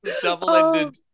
double-ended